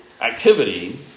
activity